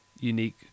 unique